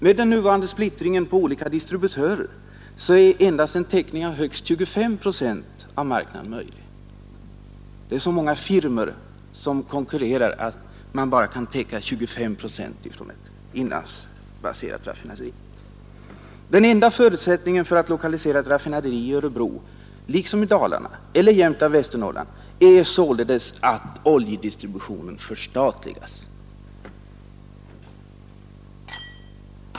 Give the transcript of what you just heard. Med den nuvarande splittringen på olika distributörer är endast en täckning av högst 25 procent av marknaden möjlig. — Så många firmor konkurrerar således om marknaden att man bara kan täcka 25 procent från ett inlandsbaserat raffinaderi. Den enda förutsättningen för en lokalisering av ett raffinaderi i Örebro — liksom i Dalarna eller Jämtland —Västernorrland — är således att oljedistributionen förstatligas.